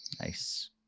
Nice